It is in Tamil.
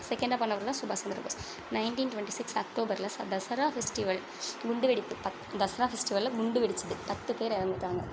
செகண்டாக பண்ணவர் தான் சுபாஸ் Chandra Bose nineteen twenty six அக்டோபர்ல ச தசரா ஃபெஸ்டிவல் குண்டு வெடித்து பத் தசரா ஃபெஸ்டிவல்ல குண்டு வெடிச்சது பத்து பேர் இறந்துட்டாங்க